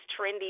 trendy